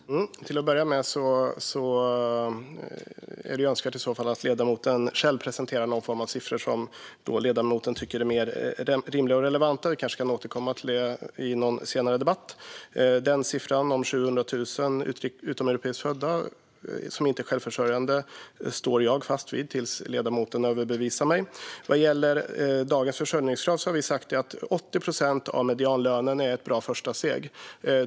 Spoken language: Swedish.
Fru talman! Till att börja med är det önskvärt att ledamoten själv presenterar någon form av siffror som ledamoten tycker är mer rimliga och relevanta. Vi kanske kan återkomma till det i en senare debatt. Siffran 700 000 utomeuropeiskt födda som inte är självförsörjande står jag fast vid tills ledamoten överbevisar mig. Vad gäller dagens försörjningskrav har vi sagt att 80 procent av medianlönen är ett bra första steg.